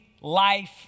life